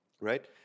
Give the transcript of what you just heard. right